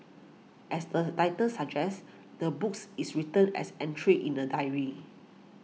as the title suggests the books is written as entries in a diary